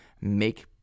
make